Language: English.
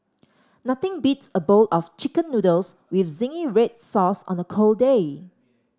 nothing beats a bowl of chicken noodles with zingy red sauce on a cold day